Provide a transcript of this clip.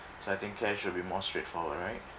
so I think cash will be more straightforward right